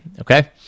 Okay